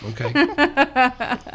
Okay